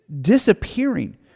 disappearing